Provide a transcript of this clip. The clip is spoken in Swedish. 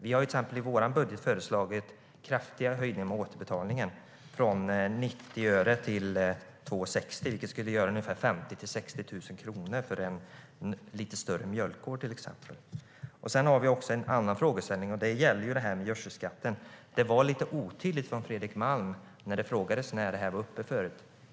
Vi har i vår budget föreslagit kraftiga höjningar av återbetalningen, från 90 öre till 2,60 kronor, vilket skulle göra 50 000-60 000 kronor för en lite större mjölkgård. Sedan har vi ytterligare en frågeställning, och den gäller gödselskatten. Svaret var lite otydligt från Fredrik Malms sida när frågan var uppe tidigare.